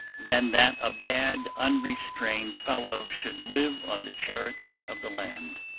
than that a bad unrestrained fellow should live on the charity of the land.